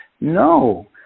no